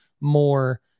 more